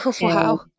Wow